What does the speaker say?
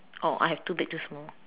oh I have two big two small